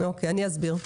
אוקי, אני אסביר.